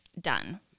Done